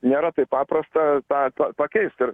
nėra taip paprasta tą tą pakeist ir